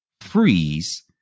freeze